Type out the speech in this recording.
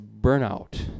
burnout